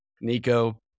Nico